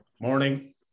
morning